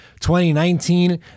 2019